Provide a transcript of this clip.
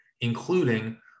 including